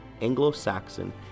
Anglo-Saxon